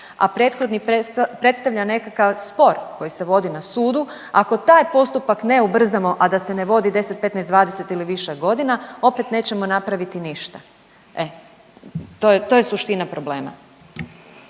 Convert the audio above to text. a prethodni predstavlja nekakav spor koji se vodi na sudu, ako taj postupak ne ubrzamo, a da se ne vodi 10, 15, 20 ili više godina, opet nećemo napraviti ništa. E, to je, to je suština problema.